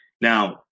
Now